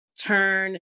turn